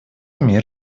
мир